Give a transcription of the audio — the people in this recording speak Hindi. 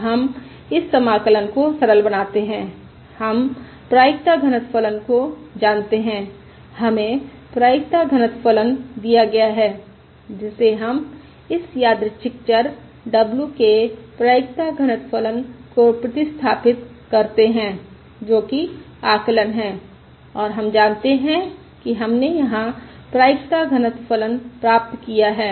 अब हम इस समाकलन को सरल बनाते हैं हम प्रायिकता घनत्व फलन को जानते हैं हमें प्रायिकता घनत्व फलन दिया गया है जिसे हम इस यादृच्छिक चर w के प्रायिकता घनत्व फलन को प्रतिस्थापित करते है जो कि आकलन है और हम जानते हैं कि हमने यहां प्रायिकता घनत्व फलन प्राप्त किया है